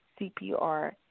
CPR